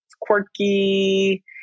quirky